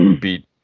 beat